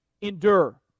endure